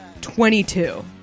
22